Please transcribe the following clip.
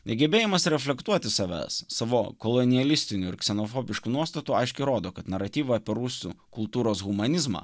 negebėjimas reflektuoti savęs savo kolonėlių mistinių ir ksenofobiškų nuostatų aiškiai rodo kad naratyvą prūsų kultūros humanizmą